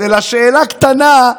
נקודה.